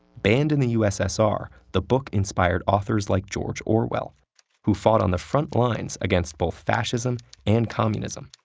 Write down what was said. banned in the u s s r, the book inspired authors like george orwell who fought on the front lines against both fascism and communism.